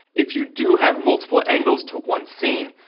if you do have multiple angles to one scene,